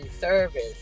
service